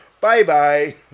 Bye-bye